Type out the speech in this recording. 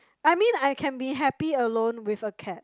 I mean I can be happy alone with a cat